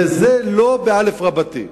בזה לא באל"ף רבתי.